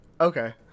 okay